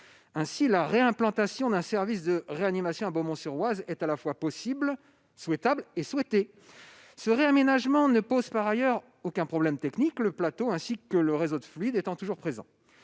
Ainsi, la réimplantation d'un service de réanimation à Beaumont-sur-Oise est à la fois possible, souhaitable et souhaitée. Ce réaménagement ne pose, par ailleurs, aucun problème technique, le plateau ainsi que le réseau de fluides étant toujours présents.